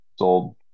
sold